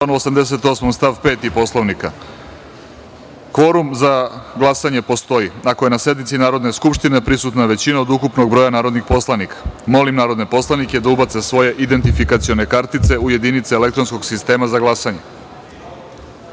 88. stav 5. Poslovnika, kvorum za glasanje postoji ako je na sednici Narodne skupštine prisutna većina od ukupnog broja narodnih poslanika. Molim narodne poslanike da ubace svoje identifikacione kartice u jedinice elektronskog sistema za